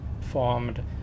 formed